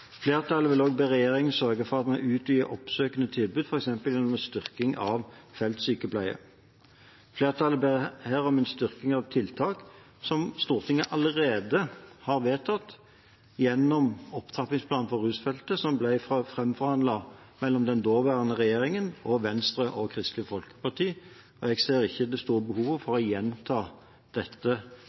Flertallet vil også be regjeringen sørge for at vi utvider det oppsøkende tilbudet, f.eks. gjennom en styrking av feltsykepleie. Flertallet ber her om en styrking av tiltak som Stortinget allerede har vedtatt, gjennom opptrappingsplanen for rusfeltet, som ble framforhandlet mellom den daværende regjeringen og Venstre og Kristelig Folkeparti. Jeg ser ikke det store behovet for å gjenta dette.